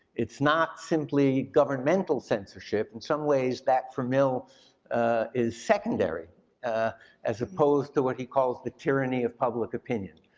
it's not simply governmental censorship. in some ways, that for mill is secondary as opposed to what he calls the tyranny of public opinion,